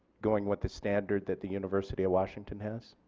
going with the standard that the university of washington has?